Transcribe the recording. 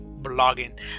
blogging